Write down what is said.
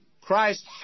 Christ